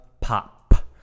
pop